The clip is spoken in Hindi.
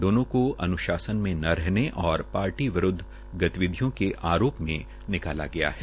दोनों को अन्शासन में न रहने और पार्टी विरूद्व गतिविधियों के आरोप में निकाला गया है